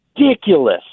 ridiculous